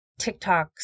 TikToks